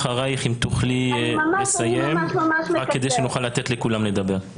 אז אשמח אם תוכלי לסיים כדי שנוכל לתת לכולם לדבר.